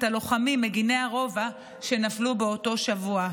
הלוחמים מגיני הרובע שנפלו באותו שבוע,